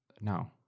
No